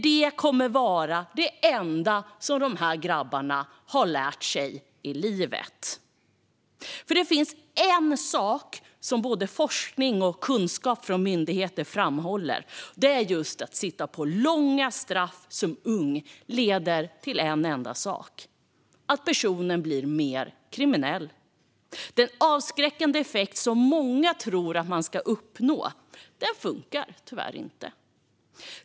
Det kommer att vara det enda som dessa grabbar har lärt sig i livet. Det finns en sak som framhålls i både forskning och kunskap från myndigheter: Unga som sitter på långa fängelsestraff blir mer kriminella. Det har inte den avskräckande effekt som många tror att det ska ha.